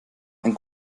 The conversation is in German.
ein